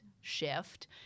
shift